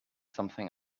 something